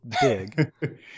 big